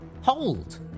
Hold